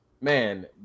man